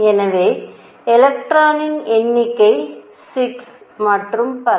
எனவே எலக்ட்ரான்களின் எண்ணிக்கை 6 மற்றும் பல